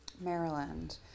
Maryland